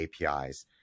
APIs